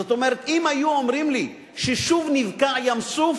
זאת אומרת, אם היו אומרים לי ששוב נבקע ים-סוף